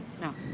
no